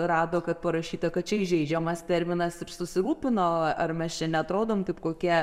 rado kad parašyta kad čia įžeidžiamas terminas susirūpino ar mes čia neatrodom kaip kokie